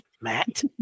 Matt